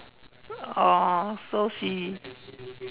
oh so he